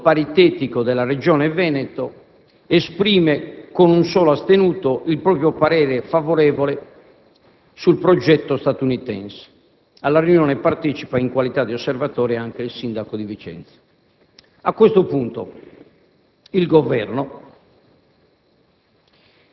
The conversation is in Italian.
il Comitato misto paritetico della Regione Veneto esprime, con un solo astenuto, il proprio parere favorevole sul progetto statunitense. Alla riunione partecipa, in qualità di osservatore, anche il Sindaco di Vicenza. A questo punto, il Governo